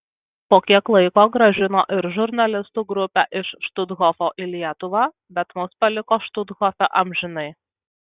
po kiek laiko grąžino ir žurnalistų grupę iš štuthofo į lietuvą bet mus paliko štuthofe amžinai